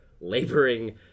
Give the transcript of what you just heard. laboring